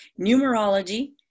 numerology